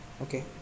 Okay